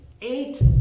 eight